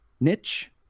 niche